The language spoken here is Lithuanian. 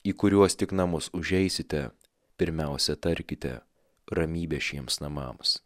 į kuriuos tik namus užeisite pirmiausia tarkite ramybė šiems namams